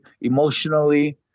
emotionally